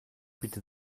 bietet